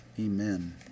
Amen